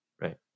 right